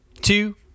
two